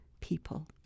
people